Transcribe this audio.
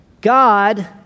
God